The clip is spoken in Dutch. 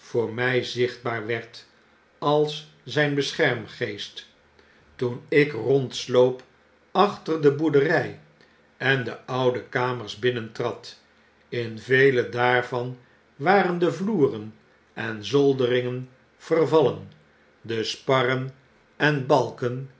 voor my zichtbaar werd als zijn beschermgeest toen ik rondsloop achter de boerdery en de oude kamers binnentrad in vele daarvan waren de vloeren en zolderingen vervallen de sparren en